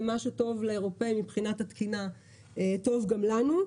שמה שטוב לאירופאים מבחינת התקינה טוב גם לנו,